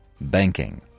banking